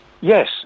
Yes